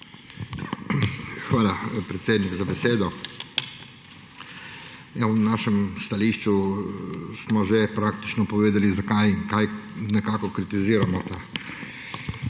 Hvala, predsednik, za besedo. V našem stališču smo že praktično povedali, zakaj in kaj nekako kritiziramo to